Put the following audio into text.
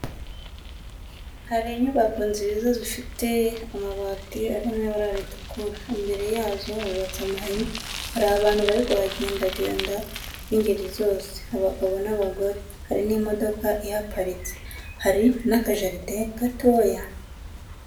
Hari inyubako nziza zifite amabati ari mu ibara ritukura, imbere yazo hubatse amahema, hari abantu bari kuhagendagenda b'ingeri zose abagabo n'abagore, hari n'imodoka ihaparitse, hari n'akajaride gatoya.